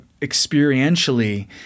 experientially